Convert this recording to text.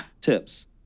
Tips